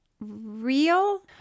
real